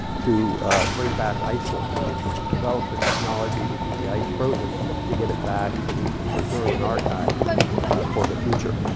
to bring back ice cores. we had developed the technology to keep the ice frozen to get it back so we can preserve and archive for the future.